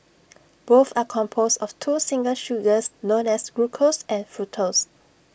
both are composed of two simple sugars known as glucose and fructose